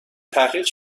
تحقیق